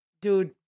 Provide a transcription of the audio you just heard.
Dude